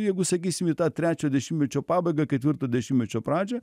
jeigu sakysim į tą trečio dešimtmečio pabaigą ketvirto dešimtmečio pradžią